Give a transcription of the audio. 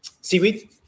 seaweed